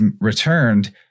returned